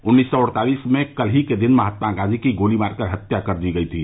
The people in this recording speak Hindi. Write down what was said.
उन्नीस सौ अड़तालिस में कल ही के दिन महात्मा गांधी की गोली मारकर हत्या कर दी गई थी